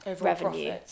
revenue